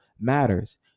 matters